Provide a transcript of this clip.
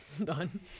Done